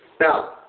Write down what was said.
Now